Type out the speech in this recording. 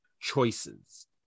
Choices